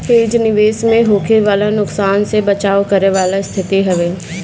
hedge निवेश में होखे वाला नुकसान से बचाव करे वाला स्थिति हवे